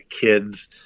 kids